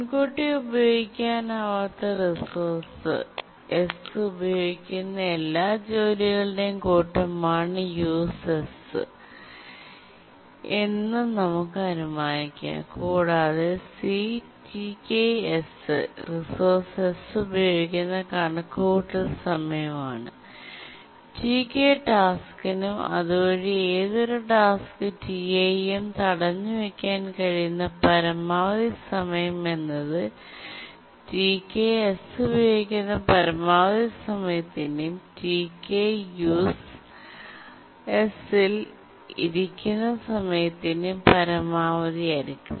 മുൻകൂട്ടി ഉപയോഗിക്കാനാവാത്ത resource S ഉപയോഗിക്കുന്ന എല്ലാ ജോലികളുടെയും കൂട്ടമാണ് Use എന്ന് നമുക്ക് അനുമാനിക്കാം കൂടാതെ CT k S resource S ഉപയോഗിക്കുന്ന കണക്കുകൂട്ടൽ സമയമാണ് Tk ടാസ്കിനും അതുവഴി ഏതൊരു ടാസ്ക് Ti യെയും തടഞ്ഞു വെക്കാൻ കഴിയുന്ന പരമാവധി സമയം എന്നത് Tk S ഉപയോഗിക്കുന്ന പരമാവധി സമയത്തിന്റെയും Tk Use ഇൽ ഇരിക്കുന്ന സമയത്തിന്റെയും പരമാവധി ആയിരിക്കും